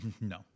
No